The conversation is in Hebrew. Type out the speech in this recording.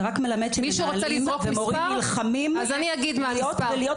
זה רק מלמד שמנהלים ומורים נלחמים להיות ולהיות